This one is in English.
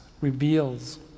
reveals